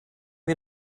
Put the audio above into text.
wir